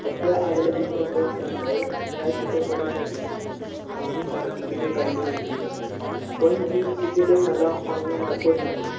सध्या आलेला चित्रपट तुम्बाड या चित्रपटासाठी आम्ही काही तिकिटे काढली होती पण ती तिकिटे मला ऑनलाईन दाखवत नाही आहे